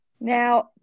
Now